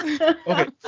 Okay